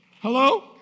Hello